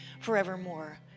forevermore